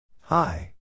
Hi